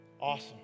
Awesome